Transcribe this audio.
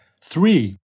Three